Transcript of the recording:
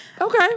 Okay